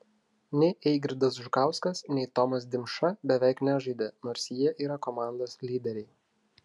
nei eigirdas žukauskas nei tomas dimša beveik nežaidė nors jie yra komandos lyderiai